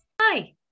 Hi